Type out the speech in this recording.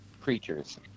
creatures